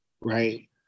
right